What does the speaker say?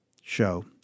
show